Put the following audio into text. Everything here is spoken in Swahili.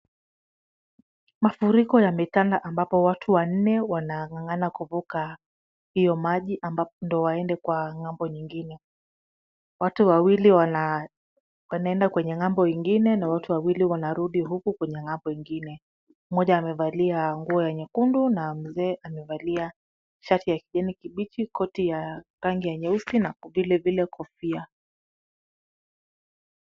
Mafuriko yametanda ambapo watu wanne wanang'ang'ana kuvuka hiyo maji ndio waende kwa ng'ambo nyingine. Watu wawili wanaenda kwenye ng'ambo ingine na watu wawili wanarudi huku kwenye ng'ambo ingine. Mmoja amevalia nguo ya nyekundu na mzee amevalia shati ya kijani kibichi, koti ya rangi ya nyeusi na vilevile kofia.